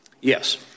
Yes